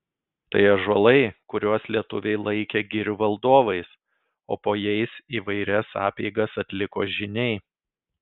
tai ąžuolai kuriuos lietuviai laikė girių valdovais o po jais įvairias apeigas atliko žyniai